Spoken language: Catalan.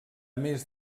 més